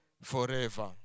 forever